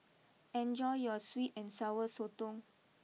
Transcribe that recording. enjoy your sweet and Sour Sotong